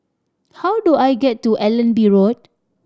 how do I get to Allenby Road